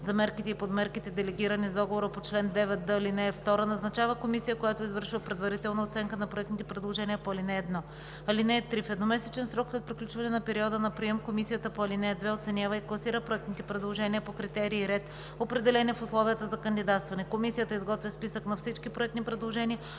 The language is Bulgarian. за мерките и подмерките, делегирани с договора по чл. 2д, ал. 2, назначава комисия, която извършва предварителна оценка на проектните предложения по ал. 1. (3) В едномесечен срок след приключване на периода на прием комисията по ал. 2 оценява и класира проектните предложения по критерии и ред, определени в условията за кандидатстване. Комисията изготвя списък на всички проектни предложения,